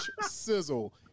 Sizzle